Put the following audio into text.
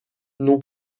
non